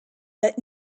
but